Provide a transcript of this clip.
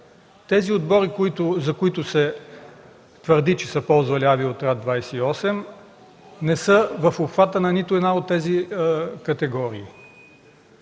Тези отбори, за които се твърди, че са ползвали Авиоотряд 28, не са в обхвата на нито една от тези категории.